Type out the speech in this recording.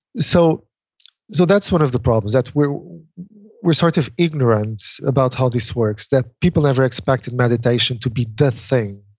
so so that's one of the problems. that we're we're sort of ignorant about how this works. that people never expected meditation to be the thing.